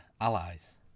allies